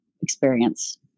experience